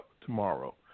Tomorrow